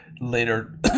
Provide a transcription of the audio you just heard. later